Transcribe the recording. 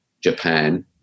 Japan